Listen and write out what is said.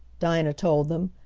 dinah told them.